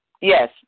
Yes